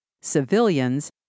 civilians